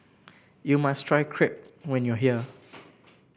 you must try Crepe when you are here